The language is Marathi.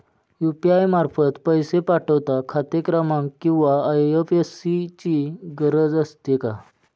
यु.पी.आय मार्फत पैसे पाठवता खाते क्रमांक किंवा आय.एफ.एस.सी ची गरज असते का?